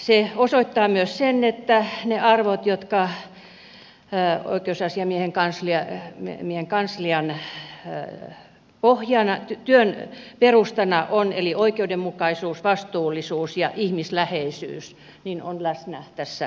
se osoittaa myös sen että ne arvot jotka ovat oikeusasiamiehen kanslian työn perustana eli oikeudenmukaisuus vastuullisuus ja ihmisläheisyys ovat läsnä tässä kertomuksessa